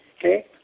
Okay